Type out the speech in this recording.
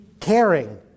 caring